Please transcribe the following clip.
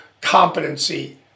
competency